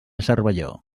cervelló